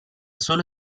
solo